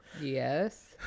yes